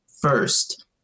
first